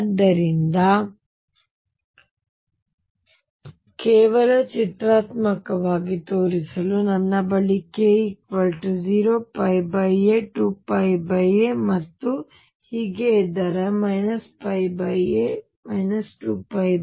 ಆದ್ದರಿಂದ ಕೇವಲ ಚಿತ್ರಾತ್ಮಕವಾಗಿ ತೋರಿಸಲು ನನ್ನ ಬಳಿ k 0 a 2a ಮತ್ತು ಹೀಗೆ ಇದ್ದರೆ a 2a